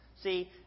See